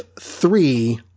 three